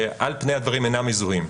שעל פני הדברים אינם מזוהים.